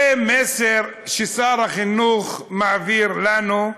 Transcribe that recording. זה מסר ששר החינוך מעביר לנו,